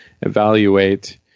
evaluate